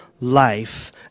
life